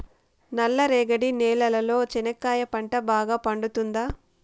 నల్ల రేగడి నేలలో చెనక్కాయ పంట బాగా పండుతుందా?